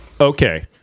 Okay